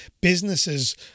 businesses